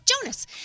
Jonas